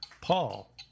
Paul